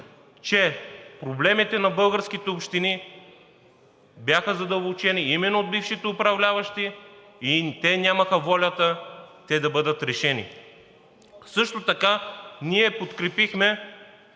че проблемите на българските общини бяха задълбочени именно от бившите управляващи и те нямаха волята да бъдат решени. Също така ние подкрепихме…